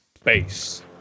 Space